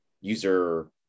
user